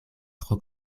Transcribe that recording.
tro